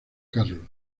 carlos